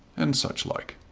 and such like.